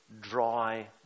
dry